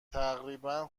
تقریبا